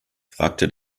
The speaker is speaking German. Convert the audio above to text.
fragte